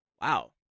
wow